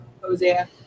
Hosea